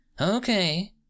Okay